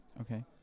Okay